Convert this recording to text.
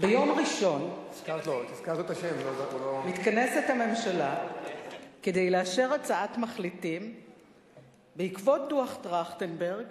ביום ראשון מתכנסת הממשלה כדי לאשר הצעת מחליטים בעקבות דוח-טרכטנברג